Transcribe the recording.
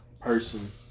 person